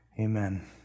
amen